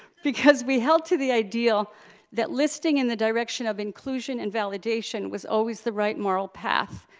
because we held to the ideal that listing in the direction of inclusion and validation was always the right moral path,